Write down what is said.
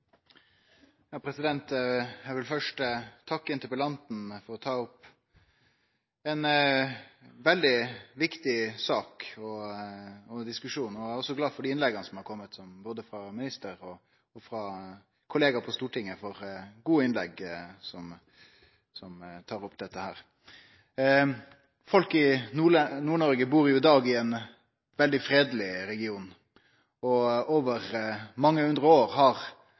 vil først takke interpellanten for å ta opp ei veldig viktig sak og ein viktig diskusjon, og eg er også glad for dei innlegga som har kome, både frå ministeren og frå kollegaer på Stortinget, gode innlegg som tar opp dette. Folk i Nord-Noreg bur jo i dag i ein veldig fredelig region, og gjennom mange hundre år har